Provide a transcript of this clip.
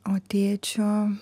o tėčio